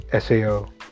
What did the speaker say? SAO